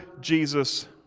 Jesus